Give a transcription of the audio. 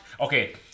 Okay